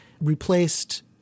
replaced